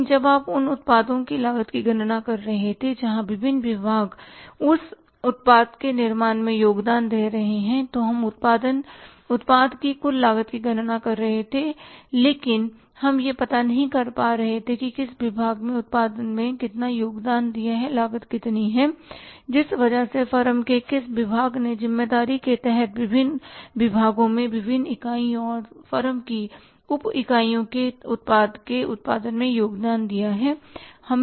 लेकिन जब आप उन उत्पादों की लागत की गणना कर रहे थे जहां विभिन्न विभाग उस उत्पादों के निर्माण में योगदान दे रहे थे तो हम उत्पाद की कुल लागत की गणना कर रहे थे लेकिन हम यह पता नहीं कर पा रहे थे कि किस विभाग ने उत्पादन में कितना योगदान दिया है लागत कितनी है जिस वजह से फर्म के किस विभाग ने ज़िम्मेदारी के तहत विभिन्न विभागों में विभिन्न इकाइयों और फर्म की उप इकाइयों के उत्पाद के उत्पादन में योगदान दिया है